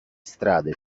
strade